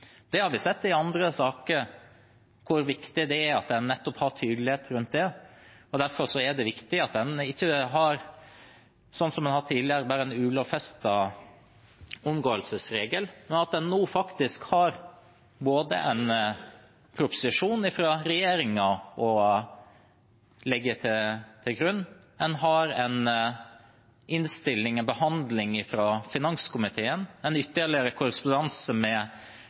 det er at man nettopp har tydelighet rundt det. Derfor er det viktig at man ikke som tidligere bare har en ulovfestet omgåelsesregel, men at man nå faktisk har en proposisjon fra regjeringen å legge til grunn. Man har en innstilling, finanskomiteens behandling og ytterligere korrespondanse med departementet i spørsmål det var behov for å avklare nærmere. Så har man til slutt en debatt, behandling